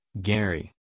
Gary